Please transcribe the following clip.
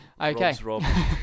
Okay